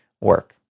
work